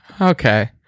okay